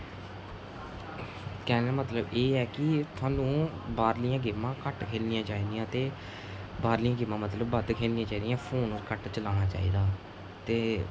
कैहने दा मतलब एह् ऐ कि थुहानूं बाह्रलियां गेमां घट्ट खेढनी चाहिदयां ते बाह्रलियां गेमां मतलब बद्ध खेढनी चािहदियां फोन घट्ट चलाना चाहिदा ते